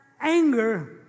anger